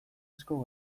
asko